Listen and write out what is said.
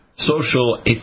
Social